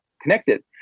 connected